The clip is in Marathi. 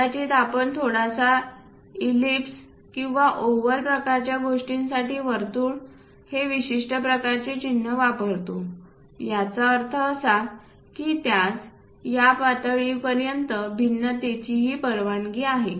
कदाचित आपण थोडासा ईलिप्स किंवा ओवल प्रकारच्या गोष्टींसाठी वर्तुळ हे विशिष्ट प्रकारची चिन्हे वापरतो याचा अर्थ असा की त्यास त्या पातळीपर्यंत भिन्नतेची परवानगी आहे